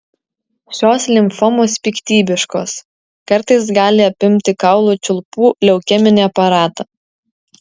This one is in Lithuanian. šios limfomos piktybiškos kartais gali apimti kaulų čiulpų leukeminį aparatą